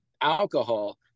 Alcohol